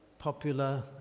popular